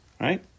Right